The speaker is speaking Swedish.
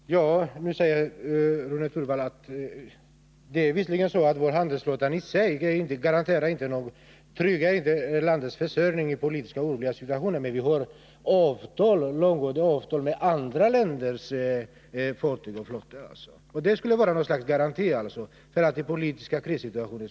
Fru talman! Nu säger Rune Torwald att vår handelsflotta i sig visserligen inte tryggar landets försörjning i politiskt oroliga situationer, men att vi har långfristiga avtal med andra länder som skulle vara någon sorts garanti för försörjningen i politiska krissituationer.